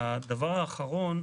הדבר האחרון,